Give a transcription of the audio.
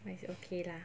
but it's okay lah